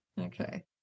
Okay